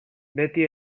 beti